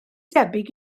debyg